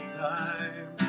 time